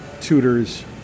tutors